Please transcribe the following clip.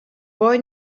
boy